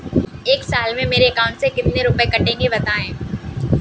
एक साल में मेरे अकाउंट से कितने रुपये कटेंगे बताएँ?